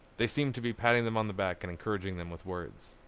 they seemed to be patting them on the back and encouraging them with words.